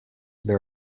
there